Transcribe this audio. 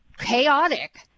chaotic